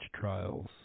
Trials